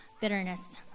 bitterness